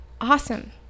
awesome